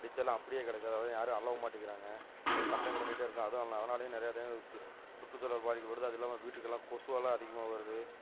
டிச்செல்லாம் அப்படியே கிடக்கு அதையெல்லாம் யாரும் அள்ளவும் மாட்டேங்கிறாங்க போய் கம்பளைண்ட் பண்ணிக்கிட்டே இருக்கோம் அதுல்ல அதனாலையும் நிறையா டைம் இது சுற்றுச்சூழல் பாதிக்கப்படுது அதுல்லாமல் வீட்டுக்கெல்லாம் கொசுவெலாம் அதிகமாக வருது